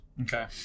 okay